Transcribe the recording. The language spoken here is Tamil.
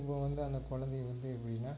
இப்போ வந்து அந்தக் கொழந்தை வந்து எப்படின்னா